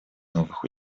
новых